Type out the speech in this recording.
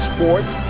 Sports